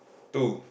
two